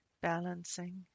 Balancing